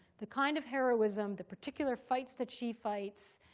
the kind of heroism, the particular fights that she fights.